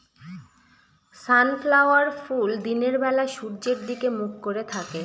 sunflower ফুল দিনের বেলা সূর্যের দিকে মুখ করে থাকে